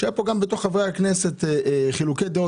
כאשר היו גם בין חברי הכנסת חילוקי דעות